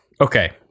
okay